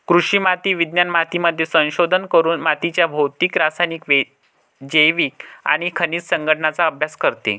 कृषी माती विज्ञान मातीमध्ये संशोधन करून मातीच्या भौतिक, रासायनिक, जैविक आणि खनिज संघटनाचा अभ्यास करते